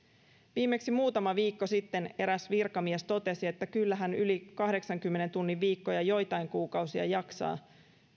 viimeksi muutama viikko sitten eräs virkamies totesi että kyllähän yli kahdeksankymmenen tunnin viikkoja joitain kuukausia jaksaa